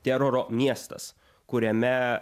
teroro miestas kuriame